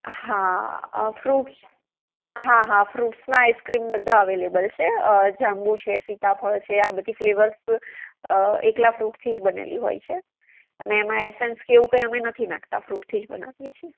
હા ફ્રુટ્સ હા હા ફ્રુટ્સ માં આઇસક્રીમ બધાં અવેલેબલ છે જાંબુ છે સિતાફળ છે આ બધી ફેલવરસ એકલા ફ્રૂટથી જ બનેલી હોય છે અને એમાં એસસેન્સ કે એવું કંઈ અમે નથી નાખતા ફ્રૂટથી જ બનાવી એ છીએ